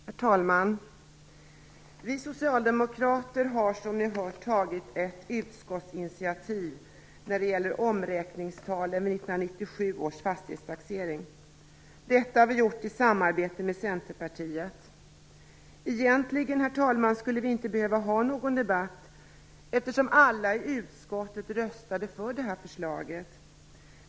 Herr talman! Vi socialdemokrater har, som ni har hört, tagit ett utskottsinitiativ när det gäller omräkningstalen vid 1997 års fastighetstaxering. Detta har vi gjort i samarbete med Centerpartiet. Egentligen skulle vi inte behöva ha någon debatt, herr talman, eftersom alla i utskottet röstade för det här förslaget.